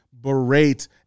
berate